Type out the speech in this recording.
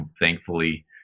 Thankfully